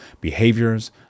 behaviors